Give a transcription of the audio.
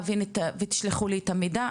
ותשלחו לי את המידע,